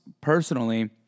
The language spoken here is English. personally